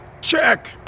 Check